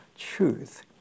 truth